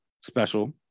special